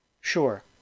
Sure